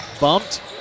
Bumped